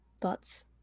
Thoughts